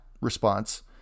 response